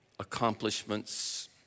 accomplishments